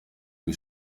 qui